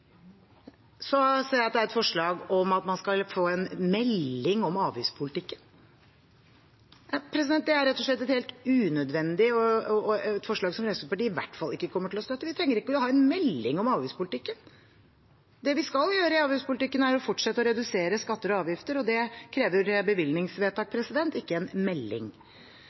Så ser jeg at det er et forslag om at man skal få en melding om avgiftspolitikken. Det er rett og slett helt unødvendig og et forslag som Fremskrittspartiet i hvert fall ikke kommer til å støtte. Vi trenger ikke å ha en melding om avgiftspolitikken. Det vi skal gjøre i avgiftspolitikken, er å fortsette å redusere skatter og avgifter, og det krever bevilgningsvedtak, ikke en melding.